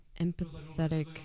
empathetic